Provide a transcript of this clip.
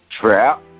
Trap